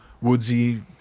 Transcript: woodsy